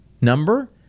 number